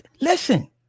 listen